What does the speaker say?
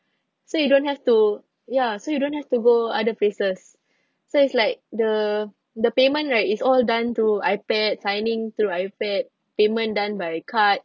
so you don't have to ya so you don't have to go other places so it's like the the payment right is all done through iPad signing through iPad payment done by card